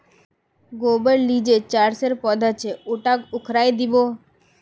गोबीर ली जे चरसेर पौधा छ उटाक उखाड़इ दी बो